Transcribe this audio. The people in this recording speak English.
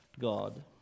God